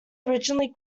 originally